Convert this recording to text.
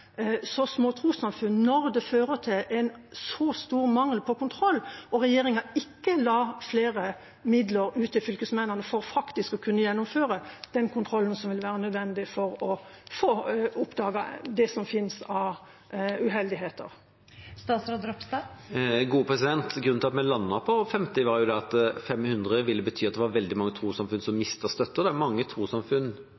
så små trossamfunn når det er en så stor mangel på kontroll og regjeringa ikke gir flere midler til fylkesmennene for faktisk å kunne gjennomføre den kontrollen som ville være nødvendig for å oppdage det som finnes av uheldigheter? Grunnen til at vi landet på 50, var at 500 ville bety at veldig mange trossamfunn ville miste støtte. Det er mange trossamfunn med under 500 medlemmer som